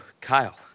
Kyle